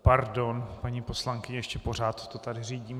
Pardon, paní poslankyně, ještě pořád to tu řídím.